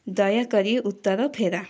ଦୟାକରି ଉତ୍ତର ଫେରା